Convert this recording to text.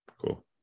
Cool